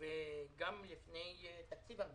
וגם לפני תקציב המדינה.